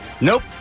Nope